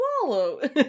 swallow